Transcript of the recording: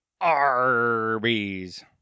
Arby's